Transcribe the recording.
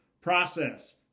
process